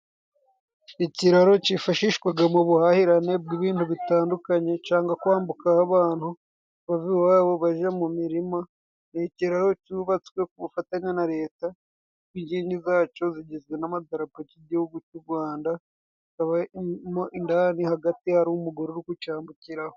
Ikiraro cyifashishwa mu buhahirane bw'ibintu bitandukanye, cyangwa kwambukaho abantu bava iwabo bajya mu mirima, ni ikiraro cyubatswe ku bufatanye na leta n'inkingi zacyo, zigizwe n'amadarapo y'igihugu cy'u Rwanda, hakabamo indani hagati hari umugore uri kucyambukiraho.